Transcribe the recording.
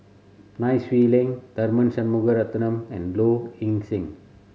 Nai Swee Leng Tharman Shanmugaratnam and Low Ing Sing